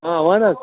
آ ون حظ